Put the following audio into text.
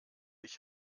ich